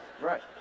right